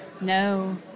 no